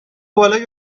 بالای